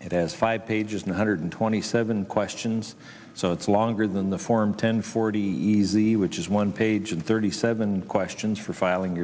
it has five pages one hundred twenty seven questions so it's longer than the form ten forty easy which is one page and thirty seven questions for filing your